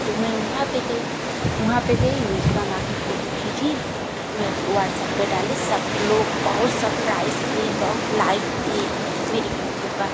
तो मैं वहाँ पर गई वहाँ पर गई दुर्गा माँ की फ़ोटो खींची मैं अप व्हाट्सअप पर डाली सब लोग बहुत सप्राइस किए बहुत लाइव दिए मेरे फोटू का